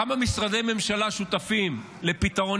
כמה משרדי ממשלה שותפים לפתרון,